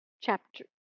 Chapter